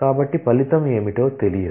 కాబట్టి ఫలితం ఏమిటో తెలియదు